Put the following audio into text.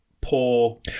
poor